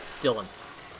Dylan